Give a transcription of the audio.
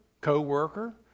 co-worker